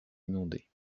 inondés